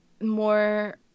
more